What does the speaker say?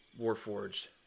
warforged